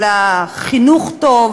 אלא חינוך טוב